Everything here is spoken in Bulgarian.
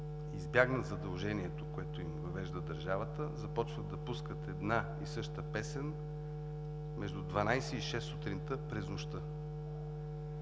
избягнат задължението, което им въвежда държавата, започват да пускат една и съща песен между дванадесет и шест сутринта, през нощта.